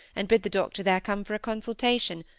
and bid the doctor there come for a consultation,